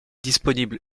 disponible